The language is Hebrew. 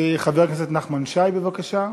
חבר הכנסת נחמן שי, בבקשה.